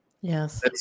Yes